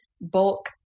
bulk